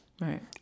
Right